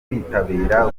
kwitabira